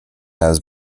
has